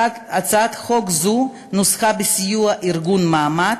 הצעת החוק זו נוסחה בסיוע ארגון "נעמת",